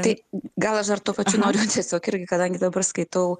tai gal aš dar tuo pačiu noriu tiesiog irgi kadangi dabar skaitau